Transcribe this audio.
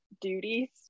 duties